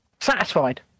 satisfied